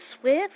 Swift